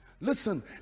Listen